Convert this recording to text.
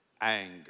anger